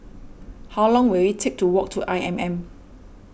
how long will it take to walk to I M M